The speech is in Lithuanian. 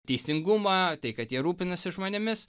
teisingumą tai kad jie rūpinasi žmonėmis